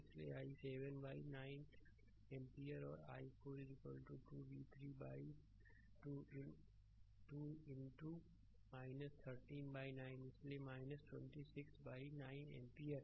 इसलिए i7 by 9 ampere और i4 2 v3 by 2 into 13 by 9 इसलिए 26 बाई 9 एम्पीयर